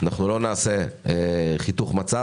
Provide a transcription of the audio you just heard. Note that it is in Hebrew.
לא נעשה חיתוך מצב,